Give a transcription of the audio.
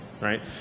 right